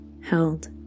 held